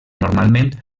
normalment